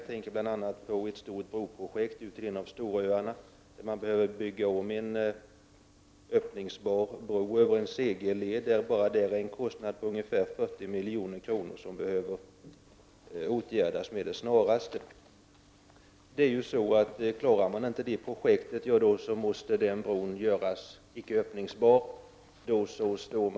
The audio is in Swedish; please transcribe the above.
Jag tänker bl.a. på ett omfattande broprojekt vid Storöarna. Man behöver bygga om en öppningsbar bro över en segelled till en kostnad av ungefär 40 milj.kr. Bron måste åtgärdas med det snaraste. Om projektet inte kan genomföras måste man bygga en icke öppningsbar bro.